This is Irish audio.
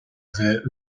bheith